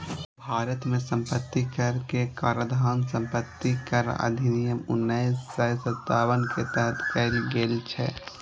भारत मे संपत्ति कर के काराधान संपत्ति कर अधिनियम उन्नैस सय सत्तावन के तहत कैल गेल छै